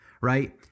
right